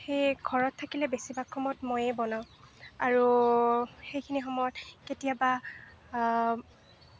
সেয়ে ঘৰত থাকিলে বেছিভাগ সময়ত ময়েই বনাওঁ আৰু সেইখিনি সময়ত কেতিয়াবা